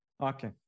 Okay